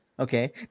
okay